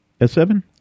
S7